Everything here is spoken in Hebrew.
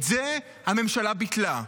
את זה הממשלה ביטלה.